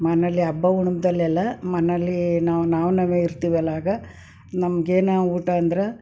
ಮನೆಯಲ್ಲಿ ಹಬ್ಬ ಹುಣ್ಮೆದಲ್ಲೆಲ್ಲ ಮನೇಲಿ ನಾವು ನಾವು ನಾವೇ ಇರ್ತೀವಲ್ಲ ಆಗ ನಮ್ಗೇನೆ ಊಟ ಅಂದ್ರೆ